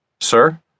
Sir